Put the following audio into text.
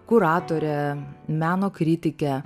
kuratore meno kritike